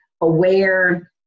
aware